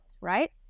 right